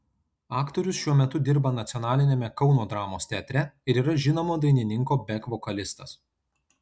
aktorius šiuo metu dirba nacionaliniame kauno dramos teatre ir yra žinomo dainininko bek vokalistas